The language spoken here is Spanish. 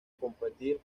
competir